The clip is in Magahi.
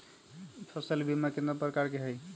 फसल बीमा कतना प्रकार के हई?